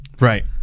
Right